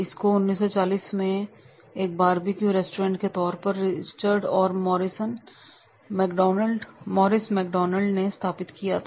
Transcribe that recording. इसको 1940 में एक बरबीक्यू रेस्टोरेंट के तौर पर रिचर्ड और मॉरिस मैकडोनाल्ड ने स्थापित किया था